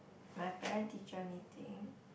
my parent teacher meeting